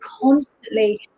constantly